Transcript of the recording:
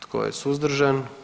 Tko je suzdržan?